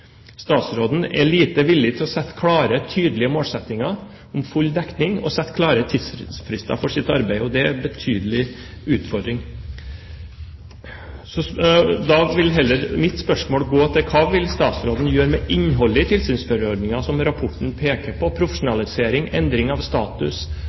Statsråden er lite villig til å sette klare og tydelige målsettinger om full dekning, og til å sette klare tidsfrister for sitt arbeid. Det er en betydelig utfordring. Mitt spørsmål vil da heller være: Hva vil statsråden gjøre med innholdet i tilsynsførerordningen, som rapporten peker på,